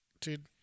dude